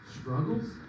struggles